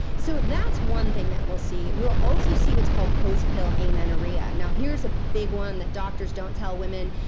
so that's one thing that we'll see. we'll also see what's called post pill amenorrhea. now here's a big one that doctors don't tell women,